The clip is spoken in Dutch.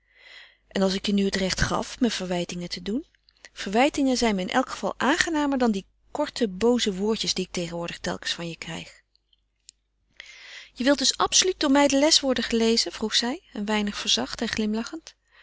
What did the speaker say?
en als ik je nu het recht gaf me verwijtingen te doen verwijtingen zijn me in alle geval aangenamer dan die korte booze woordjes die ik tegenwoordig telkens van je krijg je wilt dus absoluut door mij de les worden gelezen vroeg zij een weinig verzacht en glimlachend